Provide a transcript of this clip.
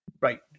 right